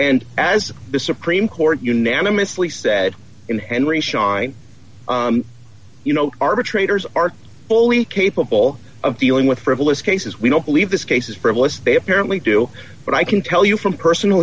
and as the supreme court unanimously said in and re shine you know arbitrators are fully capable of dealing with frivolous cases we don't believe this case is frivolous they apparently do but i can tell you from personal